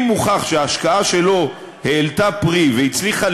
אם הוכח שההשקעה שלו העלתה פרי והצליחה